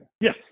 Yes